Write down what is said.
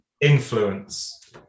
Influence